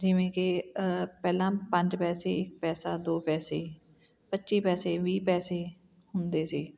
ਜਿਵੇਂ ਕਿ ਪਹਿਲਾਂ ਪੰਜ ਪੈਸੇ ਇੱਕ ਪੈਸਾ ਦੋ ਪੈਸੇ ਪੱਚੀ ਪੈਸੇ ਵੀਹ ਪੈਸੇ ਹੁੰਦੇ ਸੀ